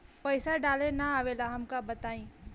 पईसा डाले ना आवेला हमका बताई?